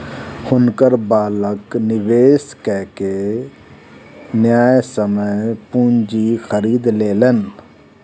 हुनकर बालक निवेश कय के न्यायसम्य पूंजी खरीद लेलैन